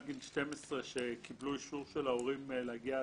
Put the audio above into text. גיל 12 שקיבלו אישור של ההורים להגיע עצמאית,